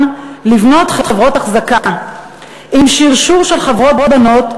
לבנות חברות אחזקה עם שרשור של חברות-בנות,